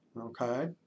okay